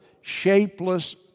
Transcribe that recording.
shapeless